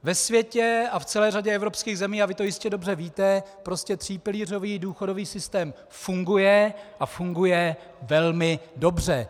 Ve světě a v celé řadě evropských zemí, a vy to jistě dobře víte, prostě třípilířový důchodový systém funguje a funguje velmi dobře.